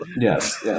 Yes